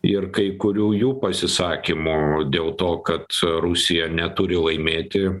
ir kai kurių jų pasisakymų dėl to kad rusija neturi laimėti